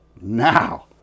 now